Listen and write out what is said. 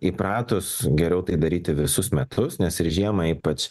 įpratus geriau tai daryti visus metus nes ir žiemą ypač